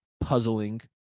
puzzling